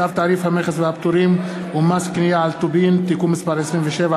צו תעריף המכס והפטורים ומס קנייה על טובין (תיקון מס' 27),